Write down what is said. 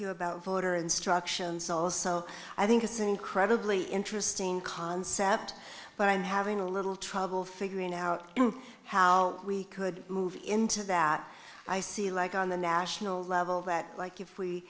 you about voter instructions also i think it's incredibly interesting concept but i'm having a little trouble figuring out how we could move into that i see like on the national level that like if we